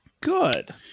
Good